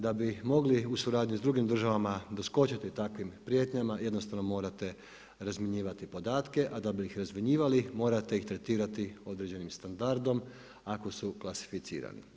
Da bi mogli u suradnji s drugim državama doskočiti takvim prijetnjama jednostavno morate razmjenjivati podatke a da bi ih razmjenjivali, morate ih tretirati određenim standardom, ako su klasificirani.